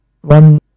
one